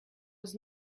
was